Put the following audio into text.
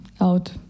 out